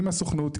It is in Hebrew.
עם הסוכנות,